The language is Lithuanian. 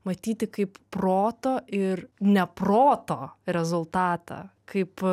matyti kaip proto ir ne proto rezultatą kaip